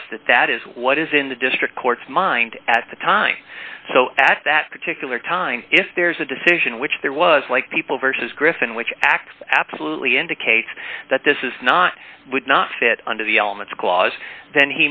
us that that is what is in the district courts mind at the time so at that particular time if there's a decision which there was like people versus griffin which acts absolutely indicates that this is not would not fit under the elements clause then